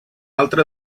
altra